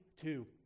Two